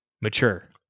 mature